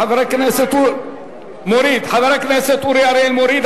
חבר הכנסת אורי אריאל מוריד,